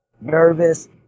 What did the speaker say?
nervous